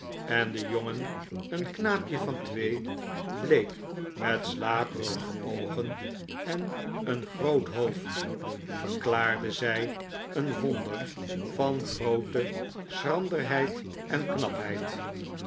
en den jongen een knaapje van twee bleek met slaperige oogen en een groot hoofd verklaarde zij een wonder van grootte schranderheid en knapheid